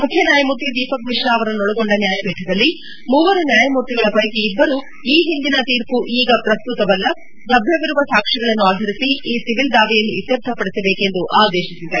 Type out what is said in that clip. ಮುಖ್ಯ ನ್ಯಾಯಮೂರ್ತಿ ದೀಪಕ್ ಮಿಶ್ರಾ ಅವರನ್ನೊಳಗೊಂಡ ನ್ಯಾಯಪೀಠದಲ್ಲಿ ಮೂವರು ನ್ಯಾಯಮೂರ್ತಿಗಳ ಪೈಕಿ ಇಬ್ಬರು ಈ ಹಿಂದಿನ ತೀರ್ಪು ಈಗ ಪ್ರಸ್ತುತವಲ್ಲ ಲಭ್ಯವಿರುವ ಸಾಕ್ಷ್ಮಗಳನ್ನು ಆಧರಿಸಿ ಈ ಸಿವಿಲ್ ದಾವೆಯನ್ನು ಇತ್ವರ್ಥಪಡಿಸಬೇಕು ಎಂದು ಆದೇಶಿಸಿದೆ